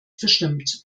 verstimmt